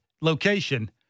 location